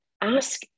ask